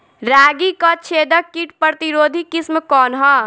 रागी क छेदक किट प्रतिरोधी किस्म कौन ह?